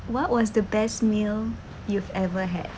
what was the best meal you've ever had